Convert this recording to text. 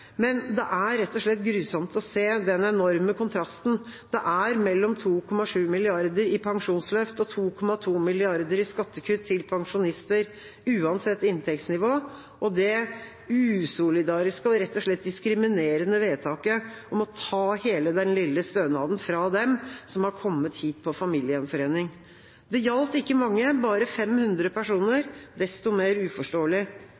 men det er rett og slett grusomt å se den enorme kontrasten det er mellom 2,7 mrd. kr i pensjonsløft og 2,2 mrd. kr i skattekutt til pensjonister, uansett inntektsnivå, og det usolidariske og rett og slett diskriminerende vedtaket om å ta hele den lille stønaden fra dem som har kommet hit på familiegjenforening. Det gjaldt ikke mange, bare 500